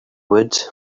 would